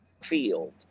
field